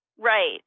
Right